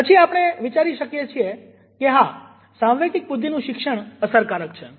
પછી આપણે વિચારી શકીએ છીએ કે હા સાંવેગિક બુદ્ધિનું શિક્ષણ અસરકારક છે